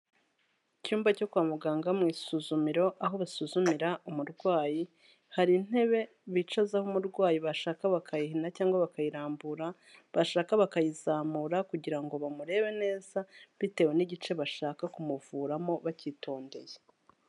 Icyumba cyo kwa muganga mu isuzumiro, aho basuzumira umurwayi, hari intebe bicazaho umurwayi, bashaka bakayihina cyangwa bakayirambura, bashaka bakayizamura kugira ngo bamurebe neza, bitewe n'igice bashaka kumuvuramo bakitondeye.